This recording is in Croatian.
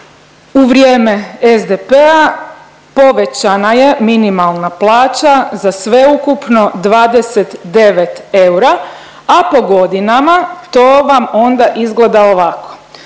u vrijeme SDP-a povećana je minimalna plaća za sveukupno 29 eura, a po godinama to vam onda izgleda ovako.